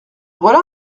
voilà